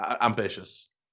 ambitious